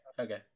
okay